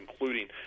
including